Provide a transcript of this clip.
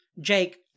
Jake